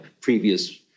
previous